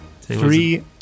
Three